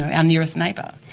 and nearest neighbour.